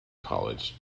college